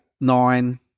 nine